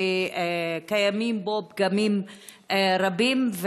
שקיימים בו פגמים רבים,